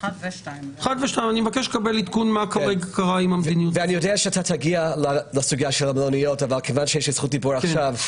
אני יודע שאתה תגיע בהמשך לסוגיה של המלוניות, אבל